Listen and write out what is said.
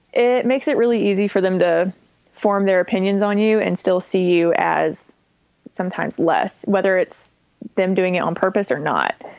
it makes it really easy for them to form their opinions on you and still see you as sometimes less whether it's them doing it on purpose or not.